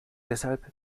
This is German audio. deshalb